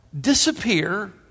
disappear